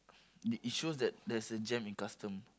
it it shows that there's a jam in custom